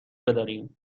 بداریم